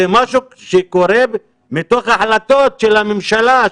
זה משהו שקורה מתוך החלטות של הממשלה,